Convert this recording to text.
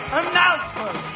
announcement